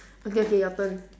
okay okay your turn